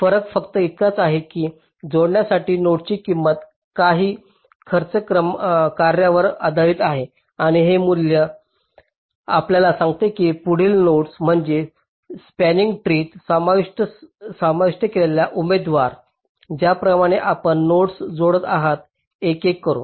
फरक फक्त इतकाच आहे की जोडण्यासाठी नोडची किंमत काही खर्च कार्यावर आधारित आहे आणि हे मूल्य मूल्य आपल्याला सांगेल की पुढील नोड म्हणजे स्पॅनिंग ट्रीत आम्ही समाविष्ट केलेला उमेदवार ज्याप्रमाणे आपण नोड्स जोडत आहात एक एक करून